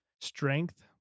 strength